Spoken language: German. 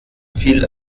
viel